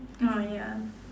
oh ya